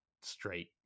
straight